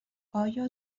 آیا